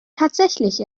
tatsächlich